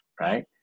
right